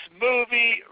movie